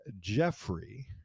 Jeffrey